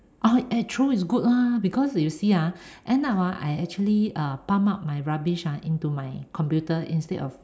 oh eh throw is good lah because you see ah end up I I actually pump my rubbish ah into my computer instead of